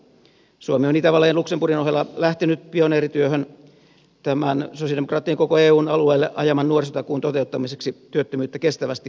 suomi on itävallan ja luxemburgin ohella lähtenyt pioneerityöhön tämän sosialidemokraattien koko eun alueelle ajaman nuorisotakuun toteuttamiseksi työttömyyttä kestävästi leikkaavalla tavalla